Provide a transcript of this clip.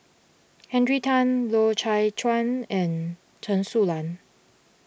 Henry Tan Loy Chye Chuan and Chen Su Lan